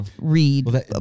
read